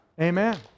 Amen